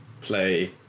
play